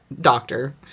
doctor